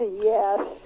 Yes